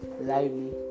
lively